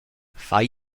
fai